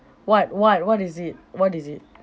what what what is it what is it